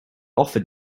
offered